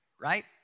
right